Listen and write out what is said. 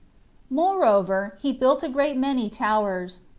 moreover, he built a great many towers,